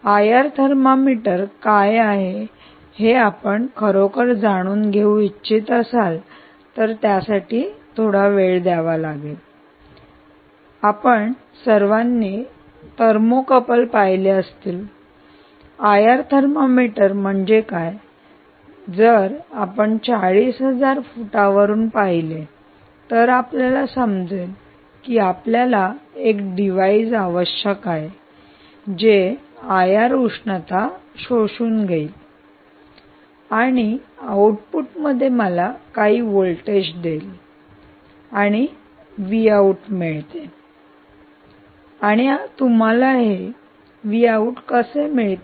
IR thermometer काय आहे हे आपण खरोखर जाणून घेऊ इच्छित असाल तर त्यासाठी थोडा वेळ द्यावा लागेल आपण सर्वांनी थर्मोकपल पाहिले असतील आयआर थर्मामीटर म्हणजे काय आहे जर आपण 40000 फूटावरून पाहिले तर आपल्याला समजेल की आपल्याला एक डिव्हाइस आवश्यक आहे जे आयआर उष्णता शोषून घेईल आणि आउटपुट मध्ये मला काही व्होल्टेज देईल आणि मिळते आणि तुम्हाला हे कसे मिळते